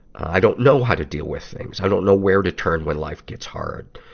i don't know how to deal with things. i don't know where to turn when life gets hard.